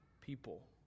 people